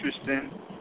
interesting